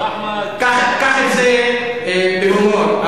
קח את זה בהומור.